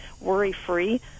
worry-free